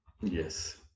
Yes